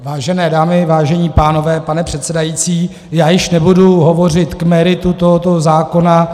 Vážené dámy, vážení pánové, pane předsedající, já již nebudu hovořit k meritu tohoto zákona.